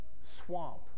swamp